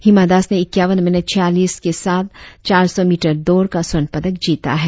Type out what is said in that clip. हिमा दास ने इक्यावन मिनट छियालीस के साथ चार सौ मीटर दौड़ का स्वर्ण पदक जीता है